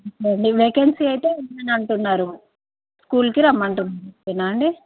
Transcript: ఇప్పుడు వేకెన్సీ అయితే ఉందని అంటున్నారు స్కూల్కి రమ్మంటున్నారు అంతేనా అండి